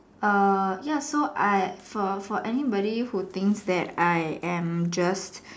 err ya so I for for anybody who thinks that I am just